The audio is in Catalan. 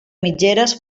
mitgeres